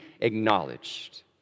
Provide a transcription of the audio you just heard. acknowledged